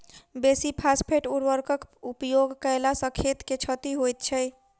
बेसी फास्फेट उर्वरकक उपयोग कयला सॅ खेत के क्षति होइत छै